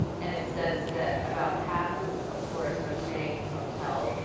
and it says that about half of of tourists are staying in hotels.